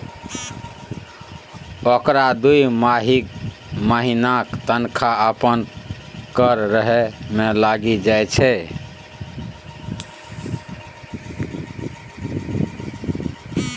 ओकरा दू महिनाक तनखा अपन कर भरय मे लागि जाइत छै